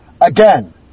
again